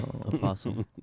Apostle